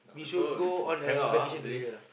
so we should hang out ah after this